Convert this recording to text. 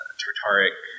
tartaric